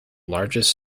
largest